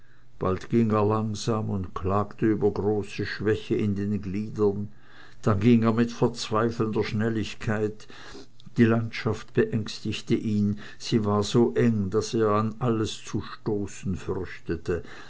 bald ging er langsam und klagte über große schwäche in den gliedern dann ging er mit verzweifelnder schnelligkeit die landschaft beängstigte ihn sie war so eng daß er an alles zu stoßen fürchtete